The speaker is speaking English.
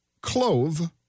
clove